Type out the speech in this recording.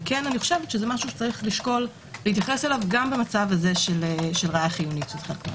זה משהו שיש להתייחס אליו גם במצב הזה של ראיה חיונית.